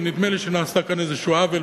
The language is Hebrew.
ונדמה לי שנעשה כאן איזה עוול,